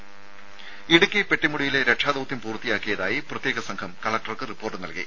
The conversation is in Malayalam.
രുമ ഇടുക്കി പെട്ടിമുടിയിലെ രക്ഷാദൌത്യം പൂർത്തിയാക്കിയതായി പ്രത്യേക സംഘം കലക്ടർക്ക് റിപ്പോർട്ട് നൽകി